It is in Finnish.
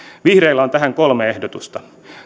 vihreillä on tähän kolme ehdotusta